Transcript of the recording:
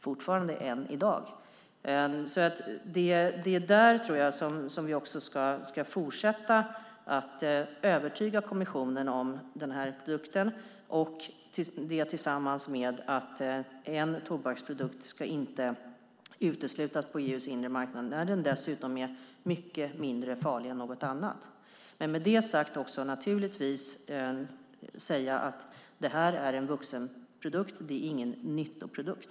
Jag tror att det är så vi ska fortsätta att övertyga kommissionen när det gäller den här produkten, tillsammans med att en tobaksprodukt inte ska uteslutas på EU:s inre marknad när den dessutom är mycket mindre farlig än något annat. Men naturligtvis måste det också sägas att detta är en vuxenprodukt, ingen nyttoprodukt.